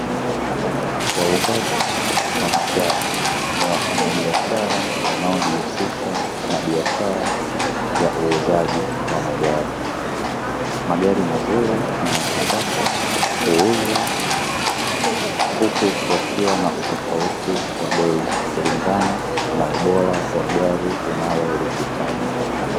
Wauzaji wa magari ni wafanyabiashara wanaojihusisha na biashara ya uuzaji wa magari. Magari mazuri na ya kisasa huuzwa huku yakiwa na utofauti wa bei kulingana na ubora wa gari unalolihitaji.